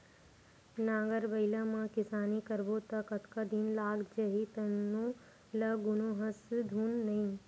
नांगर बइला म किसानी करबो त कतका दिन लाग जही तउनो ल गुने हस धुन नइ